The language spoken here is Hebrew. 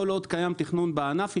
כל עוד קיים תכנון בענף,